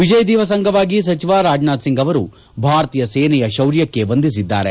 ವಿಜಯ ದಿವಸ್ ಅಂಗವಾಗಿ ಸಚಿವ ರಾಜನಾಥ್ ಸಿಂಗ್ ಅವರು ಭಾರತೀಯ ಸೇನೆಯ ಶೌರ್ಯಕ್ಕೆ ವಂದಿಸಿದ್ದಾರೆ